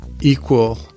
equal